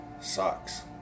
sucks